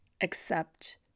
accept